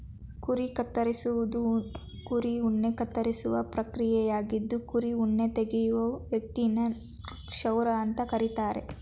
ಕುರಿ ಕತ್ತರಿಸುವುದು ಕುರಿ ಉಣ್ಣೆ ಕತ್ತರಿಸುವ ಪ್ರಕ್ರಿಯೆಯಾಗಿದ್ದು ಕುರಿ ಉಣ್ಣೆ ತೆಗೆಯುವ ವ್ಯಕ್ತಿನ ಕ್ಷೌರ ಅಂತ ಕರೀತಾರೆ